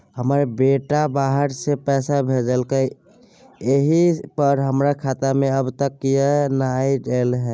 हमर बेटा बाहर से पैसा भेजलक एय पर हमरा खाता में अब तक किये नाय ऐल है?